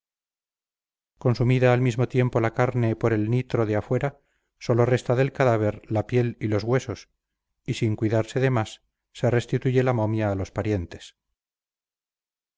consumida al mismo tiempo la carne por el nitro de afuera sólo resta del cadáver la piel y los huesos y sin cuidarse de más se restituye la momia a los parientes